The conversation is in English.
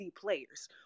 players